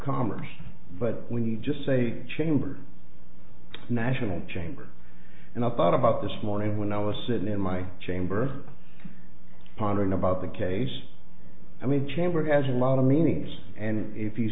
commerce but when you just say chamber national chamber and i thought about this morning when i was sitting in my chamber pondering about the case i mean chamber has a lot of meanings and if you